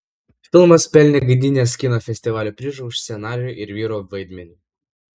filmas pelnė gdynės kino festivalio prizą už scenarijų ir vyro vaidmenį